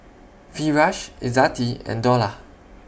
Firash Izzati and Dollah